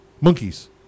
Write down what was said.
Monkeys